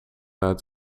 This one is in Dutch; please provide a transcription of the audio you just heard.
uit